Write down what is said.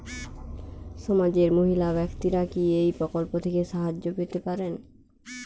সমাজের মহিলা ব্যাক্তিরা কি এই প্রকল্প থেকে সাহায্য পেতে পারেন?